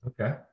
Okay